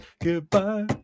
Goodbye